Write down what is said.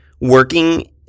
working